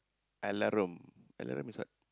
alarom alarom is what